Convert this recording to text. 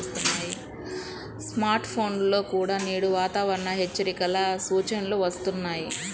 smart ఫోన్లలో కూడా నేడు వాతావరణ హెచ్చరికల సూచనలు వస్తున్నాయి